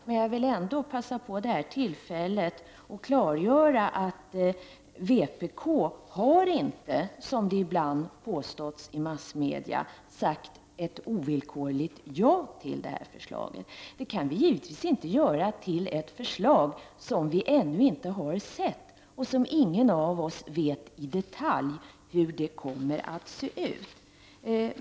Men jag vill ändå vid detta tillfälle passa på att klargöra att vi i vpk inte har, som det ibland påståtts i massmedia, sagt ett ovillkorligt ja till det här förslaget. Vi kan givetvis inte säga ja till ett förslag som vi ännu inte har sett och som ingen av oss vet i detalj hur det kommer att se ut.